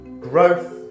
growth